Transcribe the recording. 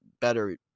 better